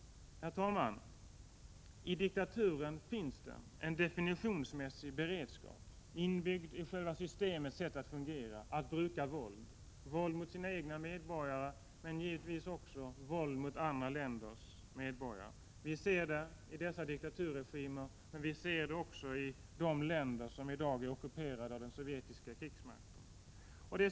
Herr talman! I diktaturen finns en definitionsmässig beredskap inbyggd i själva systemets sätt att fungera, en beredskap att bruka våld mot de egna medborgarna och givetvis också mot andra länders medborgare. Vi ser det i dessa diktaturregimer, men också i de länder som i dag är ockuperade av den sovjetiska krigsmakten.